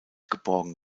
geborgen